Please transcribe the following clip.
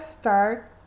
start